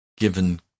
given